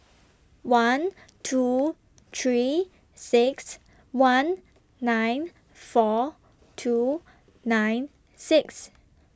one two three six one nine four two nine six